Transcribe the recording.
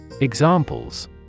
Examples